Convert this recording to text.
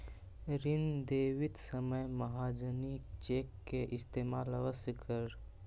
ऋण देवित समय महाजनी चेक के इस्तेमाल अवश्य करऽ